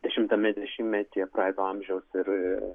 dešimtame dešimtmetyje praeito amžiaus ir